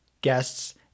guests